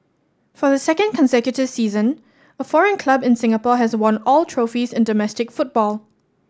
for the second consecutive season a foreign club in Singapore has won all trophies in domestic football